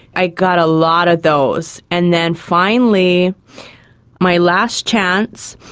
i got a lot of those. and then finally my last chance,